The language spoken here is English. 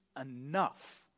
enough